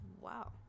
Wow